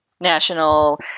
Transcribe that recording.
national